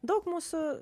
daug mūsų